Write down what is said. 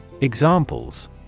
Examples